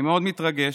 אני מאוד מתרגש.